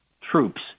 troops